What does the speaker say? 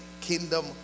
kingdom